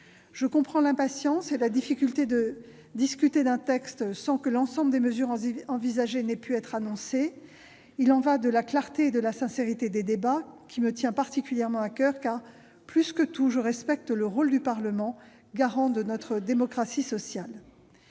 Je comprends l'impatience et la difficulté de discuter d'un texte sans que l'ensemble des mesures envisagées aient pu être annoncées. Il y va de la clarté et de la sincérité des débats, qui me tiennent particulièrement à coeur car, plus que tout, je respecte le rôle du Parlement, garant de notre démocratie sociale.